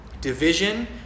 Division